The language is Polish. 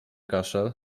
kaszel